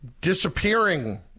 disappearing